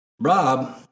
Rob